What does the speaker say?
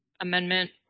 amendment